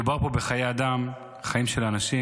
מדובר פה בחיי אדם, חיים של אנשים,